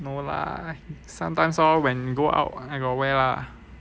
no lah sometimes lor when we go out I got wear lah